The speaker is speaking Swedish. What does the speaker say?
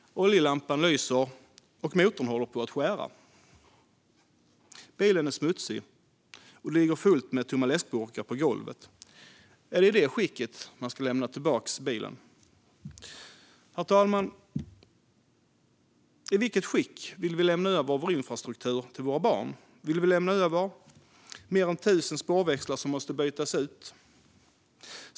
Oljelampan lyser, och motorn håller på att skära. Bilen är smutsig, och det ligger fullt med tomma läskburkar på golvet. Är det i detta skick som man ska lämna tillbaka bilen? Herr talman! I vilket skick vill vi lämna över vår infrastruktur till våra barn? Vill vi lämna över mer än 1 000 spårväxlar som måste bytas ut?